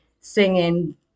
singing